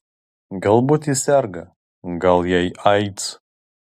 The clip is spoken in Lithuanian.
galbūt ji serga gal jai aids